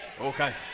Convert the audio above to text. okay